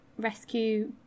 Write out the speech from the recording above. rescue